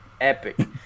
epic